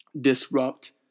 disrupt